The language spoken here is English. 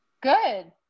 Good